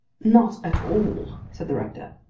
not at all, said the rector.